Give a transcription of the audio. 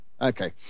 Okay